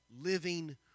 living